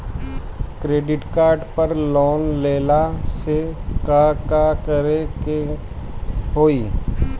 Credit card पर loan लेला से का का करे क होइ?